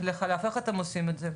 איך אתם עושים את זה?